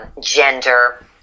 gender